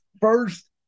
first